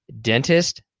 dentist